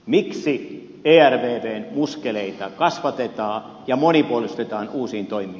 miksi ervvn muskeleita kasvatetaan ja monipuolistetaan uusiin toimiin